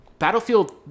Battlefield